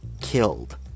killed